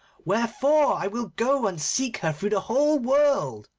wherefore i will go and seek her through the whole world,